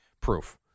proof